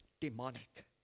demonic